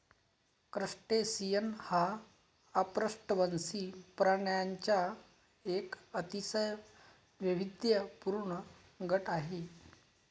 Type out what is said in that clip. crustacean हा अपृष्ठवंशी प्राण्यांचा एक अतिशय वैविध्यपूर्ण गट आहे